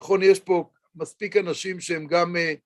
נכון, יש פה מספיק אנשים שהם גם...